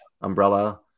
umbrella